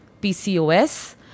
PCOS